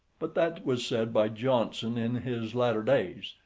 but that was said by johnson in his latter days,